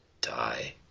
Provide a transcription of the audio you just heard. die